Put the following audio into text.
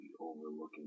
overlooking